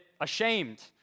ashamed